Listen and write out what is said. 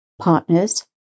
partners